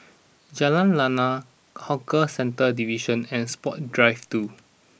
Jalan Lana Hawker Centres Division and Sports Drive two